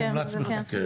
מומלץ בחום.